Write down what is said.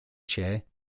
chair